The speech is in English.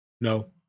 No